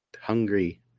hungry